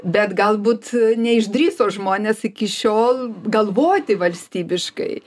bet galbūt neišdrįso žmonės iki šiol galvoti valstybiškai